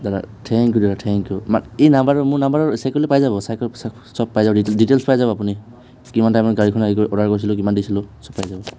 দাদা thank you দাদা thank you মানে এই নাম্বাৰটো মোৰ নাম্বাৰটো চেক কৰিলে পাই যাব চব পাই যাব এইটোত ডিটেইলছ পাই যাব আপুনি কিমান টাইমত গাড়ীখন হেৰি অৰ্ডাৰ কৰিছিলোঁ কিমান দিছিলোঁ চব পাই যাব